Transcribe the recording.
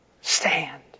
Stand